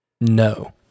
No